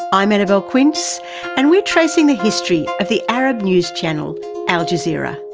i'm annabelle quince and we're tracing the history of the arab news channel al jazeera.